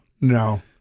No